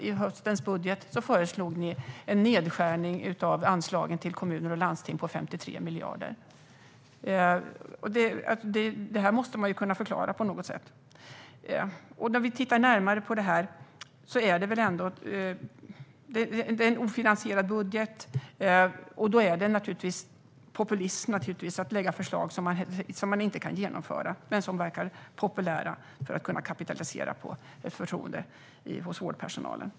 I höstens budget föreslog ni en nedskärning av anslagen till kommuner och landsting på 53 miljarder. Det måste man kunna förklara på något sätt. När vi tittar närmare på det är det en ofinansierad budget. Då är det naturligtvis populism att lägga fram förslag som man inte kan genomföra men som verkar populära för att kunna kapitalisera på ett förtroende hos vårdpersonalen.